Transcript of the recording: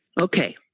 Okay